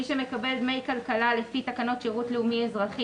מי שמקבל דמי כלכלה לפי תקנות שירות לאומי-אזרחי